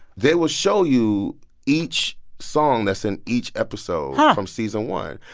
they will show you each song that's in each episode yeah from season one.